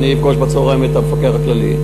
אני אפגוש בצהריים את המפקח הכללי.